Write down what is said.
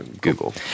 Google